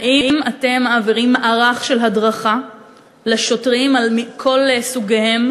האם אתם מעבירים מערך של הדרכה לשוטרים על כל סוגיהם